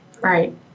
Right